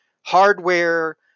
hardware